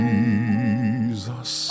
Jesus